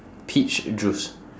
peach juice